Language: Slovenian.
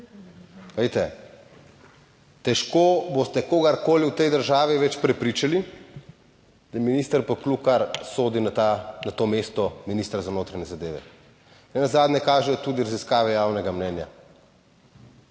glejte, težko boste kogarkoli v tej državi več prepričali, da minister Poklukar sodi na ta, na to mesto ministra za notranje zadeve, nenazadnje kažejo tudi raziskave javnega mnenja.